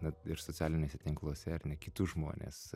na ir socialiniuose tinkluose ar ne kitus žmones